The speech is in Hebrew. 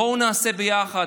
בואו נעשה, ביחד,